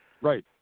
Right